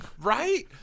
Right